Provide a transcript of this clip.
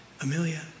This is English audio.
Amelia